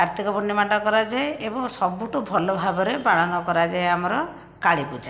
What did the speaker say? କାର୍ତ୍ତିକ ପୂର୍ଣ୍ଣିମାଟା କରାଯାଏ ଏବଂ ସବୁଠୁ ଭଲ ଭାବରେ ପାଳନ କରାଯାଏ ଆମର କାଳୀ ପୂଜା